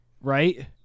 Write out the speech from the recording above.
right